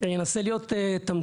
אני אנסה להיות תמציתי.